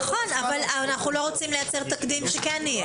נכון אבל אנחנו לא רוצים לייצר תקדים שכן יהיה.